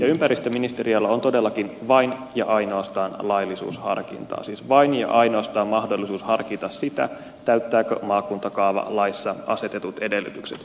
ympäristöministeriöllä on todellakin vain ja ainoastaan laillisuusharkintaa siis vain ja ainoastaan mahdollisuus harkita sitä täyttääkö maakuntakaava laissa asetetut edellytykset